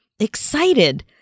excited